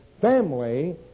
family